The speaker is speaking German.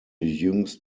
jüngst